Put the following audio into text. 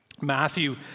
Matthew